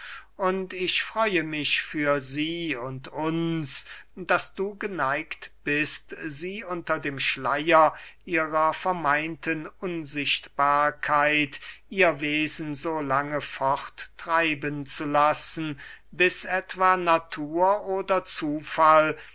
und ich freue mich für sie und uns daß du geneigt bist sie unter dem schleier ihrer vermeinten unsichtbarkeit ihr wesen so lange forttreiben zu lassen bis etwa natur oder zufall